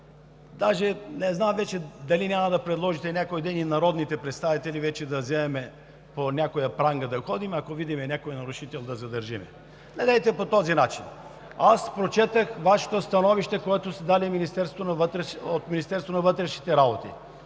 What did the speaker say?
си? Не знам вече дали няма да предложите някой ден и народните представители да вземем с по някоя пранга да ходим и ако видим някой нарушител, да го задържим. Недейте по този начин! Прочетох становището, което даде Министерството на вътрешните работи.